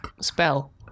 spell